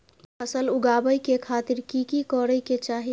फसल उगाबै के खातिर की की करै के चाही?